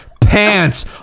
Pants